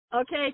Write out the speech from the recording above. Okay